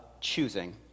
choosing